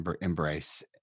Embrace